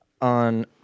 on